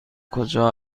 کجا